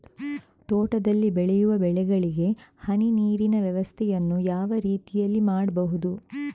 ತೋಟದಲ್ಲಿ ಬೆಳೆಯುವ ಬೆಳೆಗಳಿಗೆ ಹನಿ ನೀರಿನ ವ್ಯವಸ್ಥೆಯನ್ನು ಯಾವ ರೀತಿಯಲ್ಲಿ ಮಾಡ್ಬಹುದು?